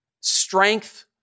strength